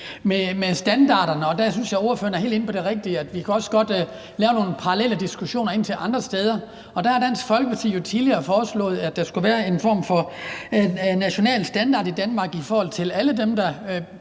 med standarderne. Der synes jeg, ordføreren er inde på det helt rigtige, nemlig at vi også godt kan lave nogle parallelle diskussioner og se på andre steder. Der har Dansk Folkeparti jo tidligere foreslået, at der skulle være en form for national standard i Danmark i forhold til alle dem, der